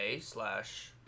slash